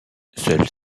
seuls